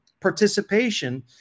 participation